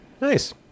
Nice